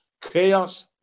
chaos